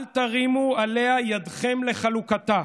על תרימו עליה ידכם לחלוקתה.